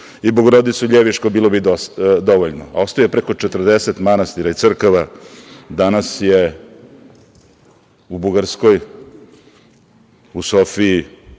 i Bogorodicu Ljevišku bilo bi dovoljno, a ostavio je preko 40 manastira i crkava. Danas je u Bugarskoj, u Sofiji